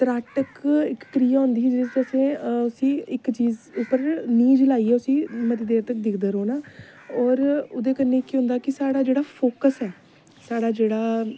तराटक इक क्रिया होंदी जिसी उस उसी इक चीज उप्पर नीज लाइयै उसी मते देर तक दिखदे रौह्ना होऱ ओहदे कन्नै केह् होंदा कि साढ़ा जेह्ड़ा फोकस ऐ साढ़ा जेह्ड़ा